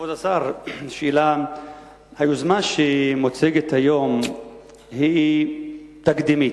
כבוד השר, היוזמה שמוצגת היום היא תקדימית,